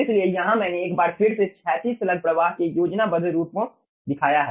इसलिए यहां मैंने एक बार फिर से क्षैतिज स्लग प्रवाह के योजनाबद्ध रूप को दिखाया है